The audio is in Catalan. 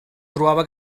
trobava